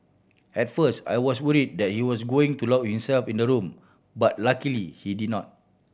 at first I was worried that he was going to lock himself in the room but luckily he did not